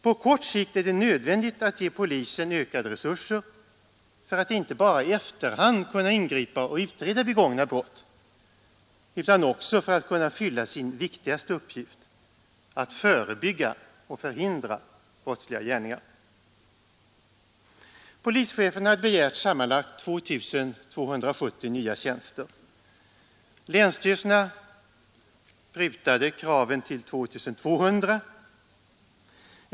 På kort sikt är det nödvändigt att ge polisen ökade resurser så att den inte bara i efterhand kan ingripa och utreda begångna brott utan också kan fylla sin viktigaste uppgift — att förebygga och förhindra brottsliga gärningar. Polischeferna hade begärt sammanlagt 2 270 nya tjänster. Länsstyrelserna prutade kraven till 2 200.